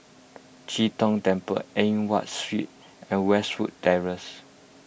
Chee Tong Temple Eng Watt Street and Westwood Terrace